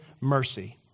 mercy